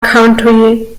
country